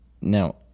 Now